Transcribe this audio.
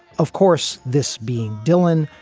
of course, this being dylan,